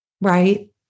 Right